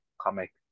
comic